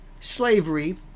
Slavery